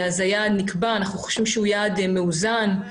היעד נקבע ואנחנו חושבים שהוא יעד מאוזן.